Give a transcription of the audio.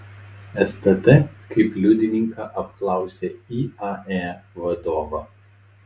stt kaip liudininką apklausė iae vadovą